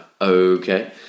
okay